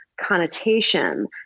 connotation